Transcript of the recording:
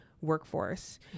workforce